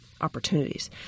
opportunities